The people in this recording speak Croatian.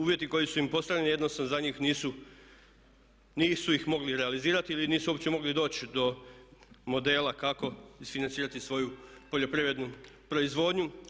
Uvjeti koji su im postavljeni jednostavno za njih nisu, nisu ih mogli realizirati ili nisu uopće mogli doći do modela kako isfinancirati svoju poljoprivrednu proizvodnju.